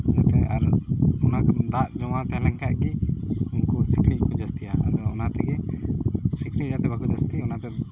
ᱡᱟᱛᱮ ᱟᱨ ᱚᱱᱟ ᱠᱚᱨᱮᱱᱟᱜ ᱫᱟᱜ ᱡᱚᱢᱟᱣ ᱛᱟᱦᱮᱸ ᱞᱮᱱᱠᱷᱟᱡ ᱜᱮ ᱩᱱᱠᱩ ᱥᱤᱠᱲᱤᱡ ᱠᱚ ᱠᱚ ᱡᱟᱹᱥᱛᱤᱜᱼᱟ ᱟᱫᱚ ᱚᱱᱟ ᱛᱮᱜᱮ ᱥᱤᱠᱲᱤᱡ ᱡᱟᱛᱮ ᱵᱟᱠᱚ ᱡᱟᱹᱥᱛᱤᱜ ᱚᱱᱟᱛᱮ